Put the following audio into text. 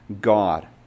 God